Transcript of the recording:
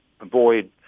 avoid